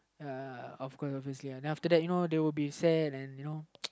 ya of course obviously uh then after that you know they will be sad and you know